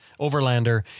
overlander